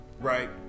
Right